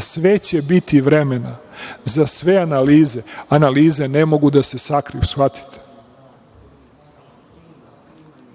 sve će biti vremena, za sve analize. Analize ne mogu da se sakriju, shvatite.